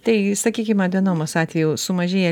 tai sakykim adenomos atveju sumažėja